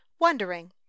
wondering